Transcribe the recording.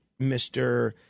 Mr